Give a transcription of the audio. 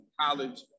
college